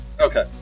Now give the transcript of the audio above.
Okay